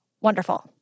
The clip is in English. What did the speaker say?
wonderful